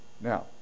Now